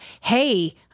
hey